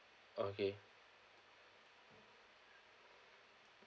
okay